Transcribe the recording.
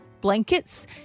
blankets